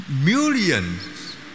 Millions